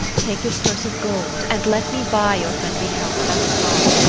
take this purse of gold, and let me buy your friendly help thus far,